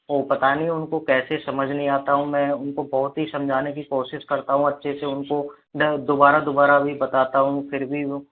वह पता नहीं उनको कैसे समझ नहीं आता हूँ मैं उनको बहुत ही समझाने की कोशिश करता हूँ अच्छे से उनको द दोबारा दोबारा भी बताता हूँ फिर भी वह